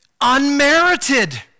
unmerited